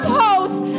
hosts